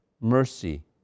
mercy